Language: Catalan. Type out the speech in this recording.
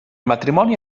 matrimoni